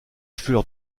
fleur